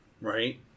Right